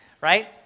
right